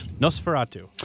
Nosferatu